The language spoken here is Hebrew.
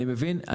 אני מבין.